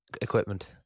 equipment